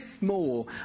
more